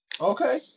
Okay